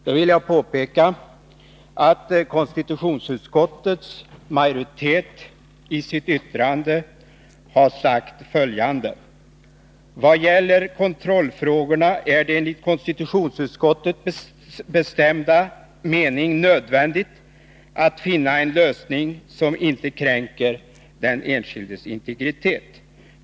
Då vill jag påpeka att konstitutionsutskottets majoritet i sitt yttrande har sagt följande: ”Vad gäller kontrollfrågorna är det enligt konstitutionsutskottets bestämda mening nödvändigt att finna en lösning som inte kränker den enskildes integritet.